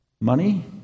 money